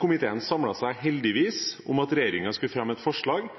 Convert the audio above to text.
Komiteen samlet seg heldigvis om at regjeringen skal fremme et forslag